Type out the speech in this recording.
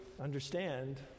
understand